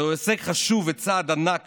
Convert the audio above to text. זהו הישג חשוב וצעד ענק